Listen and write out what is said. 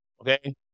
Okay